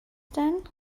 then